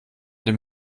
dem